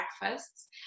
breakfasts